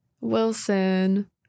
Wilson